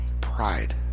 Pride